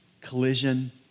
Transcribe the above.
collision